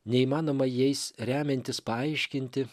neįmanoma jais remiantis paaiškinti